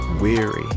weary